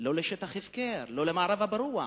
לא לשטח הפקר, לא למערב הפרוע.